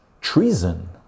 treason